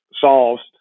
solves